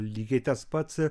lygiai tas pats